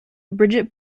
brigitte